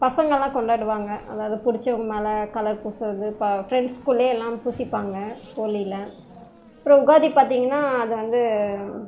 பசங்கல்லாம் கொண்டாடுவாங்க அதாவது பிடிச்சவங்க மேல் கலர் பூசுகிறது ஃபிரெண்ட்ஸ்குள்ளேயே எல்லாம் பூசிப்பாங்க ஹோலியில் அப்புறம் உஹாதி பார்த்திங்கன்னா அது வந்து